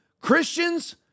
Christians